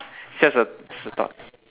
just a it's just a thought